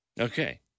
Okay